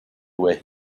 where